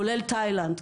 כולל תאילנד.